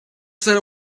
said